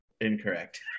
incorrect